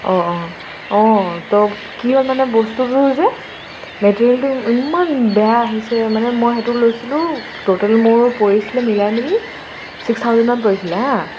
অঁ অঁ অঁ ত' কি হ'ল মানে বস্তুটো যে মেটেৰিয়েলটো ইমান বেয়া আহিছে মানে মই সেইটো লৈছিলোঁ ট'টেল মোৰ পৰিছিলে মিলাই মেলি ছিক্স থাউজেণ্ডমান পৰিছিলে হাঁ